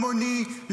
המוני,